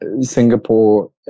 Singapore